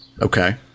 Okay